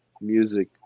music